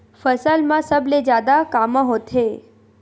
फसल मा सबले जादा कामा होथे?